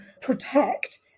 protect